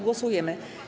Głosujemy.